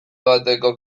bateko